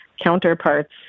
counterparts